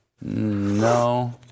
No